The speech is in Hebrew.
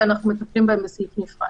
ואנחנו מטפלים בהם בסעיף נפרד.